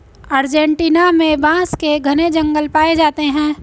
Argentina में बांस के घने जंगल पाए जाते हैं